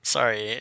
Sorry